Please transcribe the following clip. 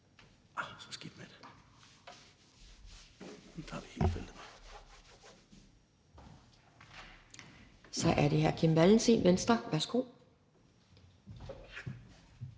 Så er det hr. Kim Valentin, Venstre. Værsgo.